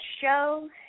show